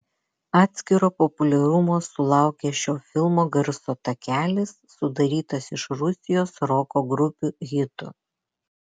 atskiro populiarumo sulaukė šio filmo garso takelis sudarytas iš rusijos roko grupių hitų